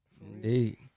Indeed